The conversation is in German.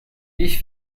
ich